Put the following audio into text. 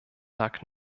lag